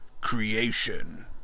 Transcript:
Creation